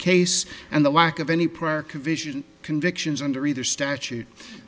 case and the lack of any prior conviction convictions under either statute